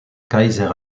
kaiser